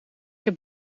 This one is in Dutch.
heb